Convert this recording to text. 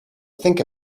think